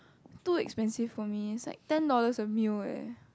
too expensive for me inside ten dollars a meal eh